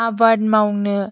आबाद मावनो